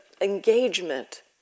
engagement